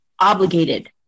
Obligated